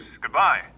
Goodbye